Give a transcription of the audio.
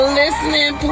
listening